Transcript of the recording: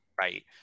Right